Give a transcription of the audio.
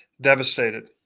Devastated